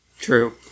True